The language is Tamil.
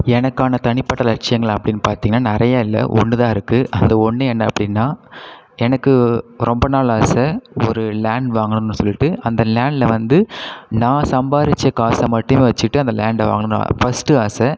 எனக்கான தனிப்பட்ட லட்சியங்கள் அப்படின்னு பார்த்தீங்கன்னா நிறைய இல்லை ஒன்று தான் இருக்குது அந்த ஒன்று என்ன அப்படின்னா எனக்கு ரொம்ப நாள் ஆசை ஒரு லேண்ட் வாங்கணும்னு சொல்லிட்டு அந்த லேண்ட்டில் வந்து நான் சம்பாரித்த காசை மட்டுமே வச்சுட்டு அந்த லேண்டை வாங்கணும் ஃபஸ்ட்டு ஆசை